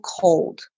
cold